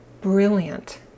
brilliant